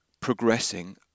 progressing